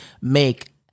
make